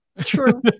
True